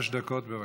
חמש דקות, בבקשה.